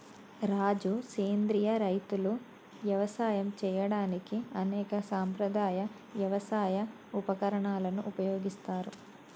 రాజు సెంద్రియ రైతులు యవసాయం సేయడానికి అనేక సాంప్రదాయ యవసాయ ఉపకరణాలను ఉపయోగిస్తారు